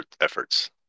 efforts